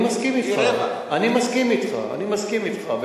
אני מסכים אתך, אני מסכים אתך, אני מסכים אתך.